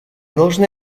должны